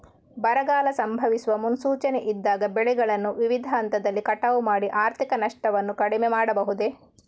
ಬರಗಾಲ ಸಂಭವಿಸುವ ಮುನ್ಸೂಚನೆ ಇದ್ದಾಗ ಬೆಳೆಗಳನ್ನು ವಿವಿಧ ಹಂತದಲ್ಲಿ ಕಟಾವು ಮಾಡಿ ಆರ್ಥಿಕ ನಷ್ಟವನ್ನು ಕಡಿಮೆ ಮಾಡಬಹುದೇ?